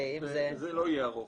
זה לא יהיה ארוך.